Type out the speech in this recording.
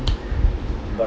mm